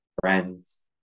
friends